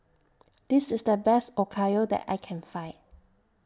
This IS The Best Okayu that I Can Find